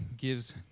gives